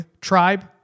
tribe